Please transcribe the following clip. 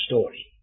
story